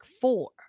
Four